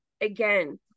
again